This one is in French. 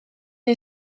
est